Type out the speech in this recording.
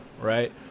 right